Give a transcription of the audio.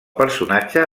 personatge